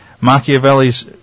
Machiavelli's